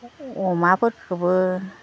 अमाफोरखोबो